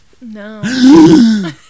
No